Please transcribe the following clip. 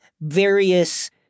various